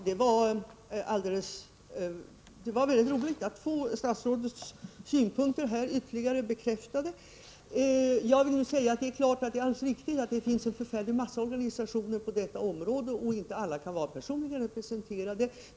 Herr talman! Det var roligt att få statsrådets ståndpunkt ytterligare bekräftad. Det finns en mängd organisationer på detta område, och det är klart att alla inte kan vara personligen representerade.